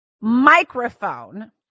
microphone